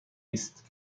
است